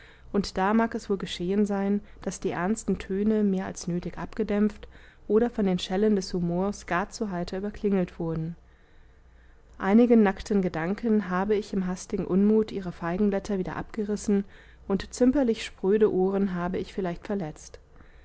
und da mag es wohl geschehen sein daß die ernsten töne mehr als nötig abgedämpft oder von den schellen des humors gar zu heiter überklingelt wurden einigen nackten gedanken habe ich im hastigen unmut ihre feigenblätter wieder abgerissen und zimperlich spröde ohren habe ich vielleicht verletzt